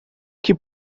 que